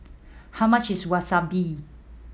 how much is Wasabi